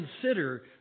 Consider